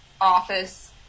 office